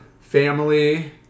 family-